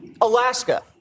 Alaska